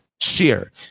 share